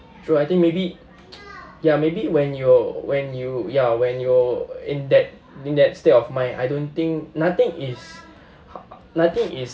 so I think maybe ya maybe when you when you ya when you're in that in that state of mind I don't think nothing is nothing is